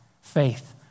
faith